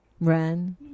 ran